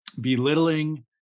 belittling